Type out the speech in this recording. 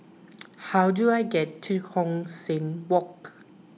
how do I get to Hong San Walk